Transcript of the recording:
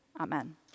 Amen